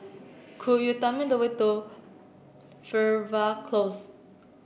could you tell me the way to Fernvale Close